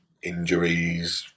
injuries